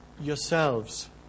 yourselves